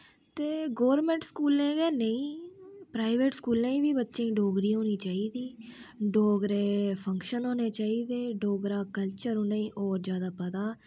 ते गौरमैंट स्कूलें च गै नेईं प्राईवेट स्कूलें च बी बच्चें डोगरी होनी चाहिदी डोगरे फंक्शन होने चाहिदे ते डोगरा कल्चर उने ईं होर जादा बधा